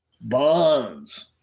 Bonds